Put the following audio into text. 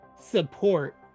support